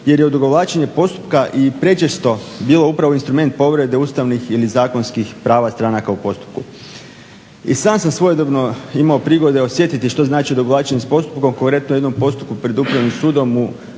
jer je odugovlačenje postupka i prečesto bilo upravo instrument povrede ustavnih ili zakonskih prava stranaka u postupku. I sam sam svojedobno imao prigode osjetiti što znači odugovlačenje s postupkom, konkretno u jednom postupku pred upravnim sudom u